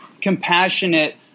compassionate